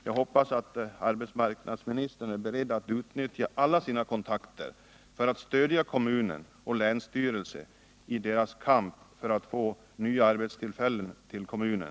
Jag hoppas att arbetsmarknadsministern är beredd att utnyttja alla sina kontakter för att stödja kommunen och länsstyrelsen i deras kamp för att få nya arbetstillfällen till kommunen.